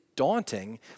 daunting